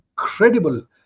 incredible